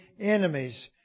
enemies